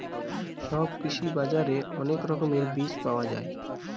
সব কৃষি বাজারে অনেক রকমের বীজ পাওয়া যায়